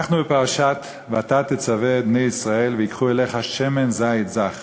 אנחנו בפרשת "ואתה תצוה את בני ישראל ויקחו אליך שמן זית זך